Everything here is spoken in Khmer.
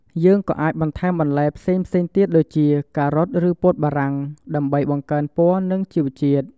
យើងក៏អាចបន្ថែមបន្លែផ្សេងៗទៀតដូចជា ការ៉ុតឬពោតបារាំង ដើម្បីបង្កើនពណ៌និងជីវជាតិ។